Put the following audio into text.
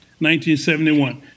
1971